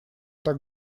так